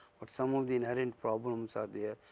but some of the inherent problems are there,